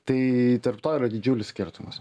tai tarp to yra didžiulis skirtumas